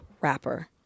rapper